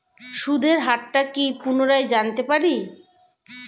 সুদের হার টা কি পুনরায় জানতে পারি?